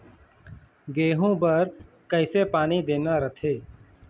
गेहूं बर कइसे पानी देना रथे?